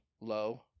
low